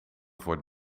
voor